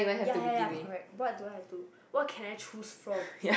ya ya ya correct what do I have to do what can I choose from